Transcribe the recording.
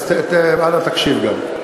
אז אנא תקשיב גם.